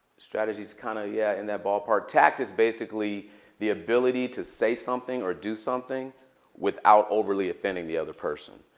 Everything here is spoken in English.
strategy is kind of, yeah, in that ballpark. tact is basically the ability to say something or do something without overly offending the other person.